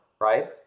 right